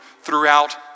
throughout